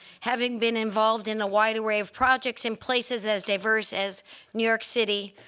having been involved in a wide array of projects in places as diverse as new york city,